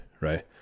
right